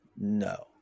No